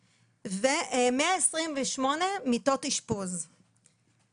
ליאל מאושפזת היום בבית חולים "האיתנים",